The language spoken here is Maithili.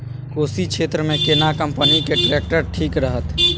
कोशी क्षेत्र मे केना कंपनी के ट्रैक्टर ठीक रहत?